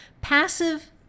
passive